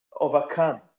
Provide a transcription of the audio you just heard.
overcome